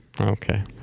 Okay